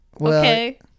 okay